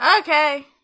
okay